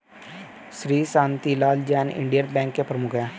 Shri Shantilal Jain Indian bank के प्रमुख है